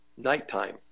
Nighttime